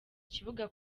kibuga